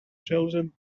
children